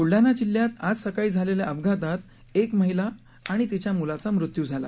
बुलडाणा जिल्ह्यात आज सकाळी झालेल्या अपघातात एक महिला आणि तिच्या मुलाचा मृत्यू झाला